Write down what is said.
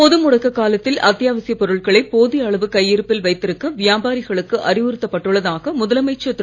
பொது முடக்க காலத்தில் அத்தியாவசிய பொருட்களை போதிய அளவு கையிருப்பில் வைத்திருக்க வியாபாரிகளுக்கு அறிவுறுத்தப் பட்டுள்ளதாக முதலமைச்சர் திரு